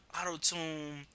Auto-tune